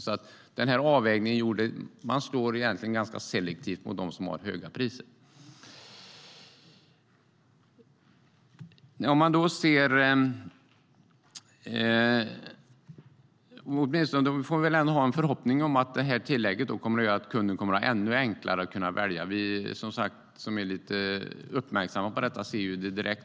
Avvägningen slår alltså ganska selektivt mot dem som har höga priser. Vi får väl ha en förhoppning om att detta tillägg kommer att göra att det blir ännu enklare för kunden att välja. Vi som är lite uppmärksamma på detta ser det direkt.